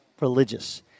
religious